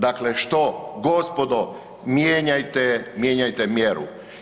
Dakle, što gospodo mijenjajte, mijenjajte mjeru.